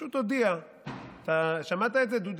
פשוט הודיע, אתה שמעת את זה, דודי?